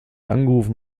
angerufen